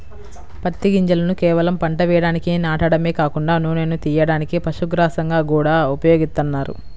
పత్తి గింజలను కేవలం పంట వేయడానికి నాటడమే కాకుండా నూనెను తియ్యడానికి, పశుగ్రాసంగా గూడా ఉపయోగిత్తన్నారు